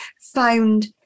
found